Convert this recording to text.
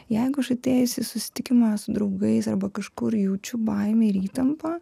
jeigu aš atėjus į susitikimą su draugais arba kažkur jaučiu baimę ir įtampą